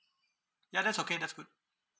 ya that's okay that's good